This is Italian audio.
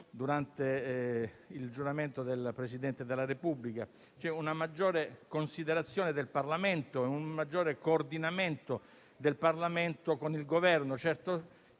durante il giuramento del Presidente della Repubblica, per una maggiore considerazione del Parlamento e un maggiore coordinamento con il Governo.